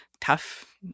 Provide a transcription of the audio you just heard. tough